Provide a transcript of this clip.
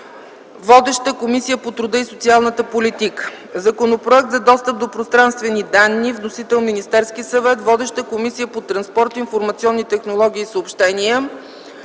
Водеща е Комисията по труда и социалната политика. Законопроект за достъп до пространствени данни – вносител е Министерският съвет. Водеща е Комисията по транспорта, информационните технологии и съобщенията,